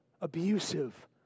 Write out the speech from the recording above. abusive